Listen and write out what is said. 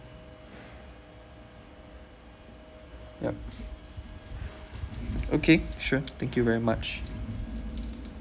yup okay sure thank you very much